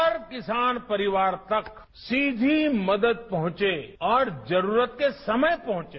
हर किसान परिवार तक सीधी मदद पहुंचे और जरूरत के समय पहुंचे